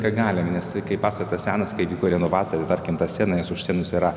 ką galime nes kai pastatas senas kai vyko renovacija tarkim tą sieną nes už sienos yra